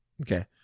Okay